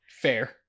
Fair